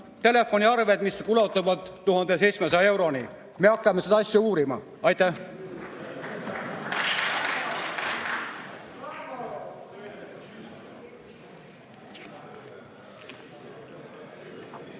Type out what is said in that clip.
telefoniarved, mis ulatuvad 1700 euroni? Me hakkame seda asja uurima.